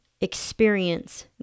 experience